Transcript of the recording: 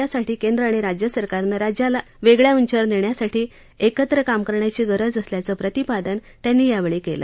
त्यासाठी केंद्र आणि राज्य सरकारनं राज्याला वेगळा उंचीवर नेण्यासाठी एकत्र काम करण्याची गरज असल्याचं प्रतिपादन त्यांनी यावेळी केलं